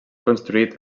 construït